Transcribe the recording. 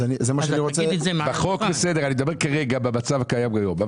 אני מדבר על המצב הקיים כיום.